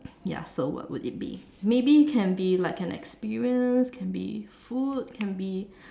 ya so what would it be maybe can be like an experience can be food can be